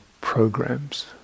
programs